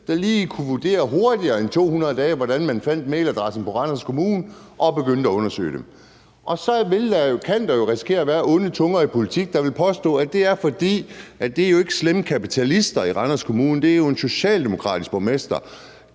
der lige kunne vurdere hurtigere end på 200 dage, hvordan man fandt mailadressen på Randers Kommune og begyndte at undersøge det. Så kan der jo risikere at være onde tunger i politik, der vil påstå, at det ikke er slemme kapitalister i Randers Kommune, for det er jo en socialdemokratisk borgmester.